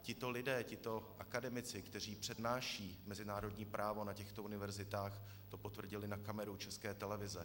Tito lidé, akademici, kteří přednášejí mezinárodní právo na těchto univerzitách, to potvrdili na kameru České televize.